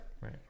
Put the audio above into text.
Right